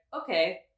okay